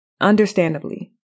Understandably